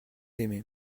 aimé